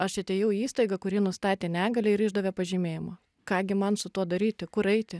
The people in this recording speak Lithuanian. aš atėjau į įstaigą kuri nustatė negalią ir išdavė pažymėjimą ką gi man su tuo daryti kur eiti